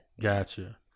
gotcha